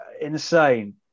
insane